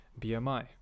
bmi